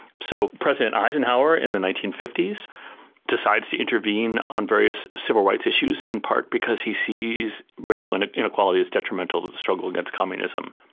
so president eisenhower in the nineteen fifty s decides to intervene on various civil rights issues, in part because he sees racial inequality as detrimental to the struggle against communism.